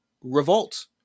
revolt